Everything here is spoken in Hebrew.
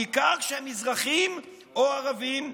בעיקר כשהם מזרחים או ערבים.